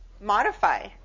modify